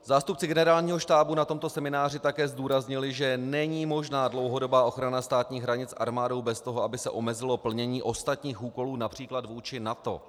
Zástupci Generálního štábu na tomto semináři také zdůraznili, že není možná dlouhodobá ochrana státních hranic armádou bez toho, aby se omezilo plnění ostatních úkolů, například vůči NATO.